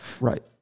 Right